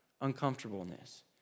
uncomfortableness